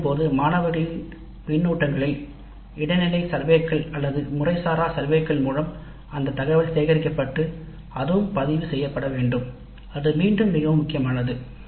அமர்வின் போது மாணவர்களின் கருத்துக்களில் இடைநிலை ஆய்வுகள் அல்லது முறைசாரா ஆய்வுகள் மூலம் அந்த தரவு சேகரிக்கப்படுகிறது அதுவும் பதிவு செய்யப்பட வேண்டும் அது மிக முக்கியமானது